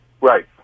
right